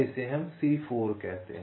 इसे हम C4 कहते हैं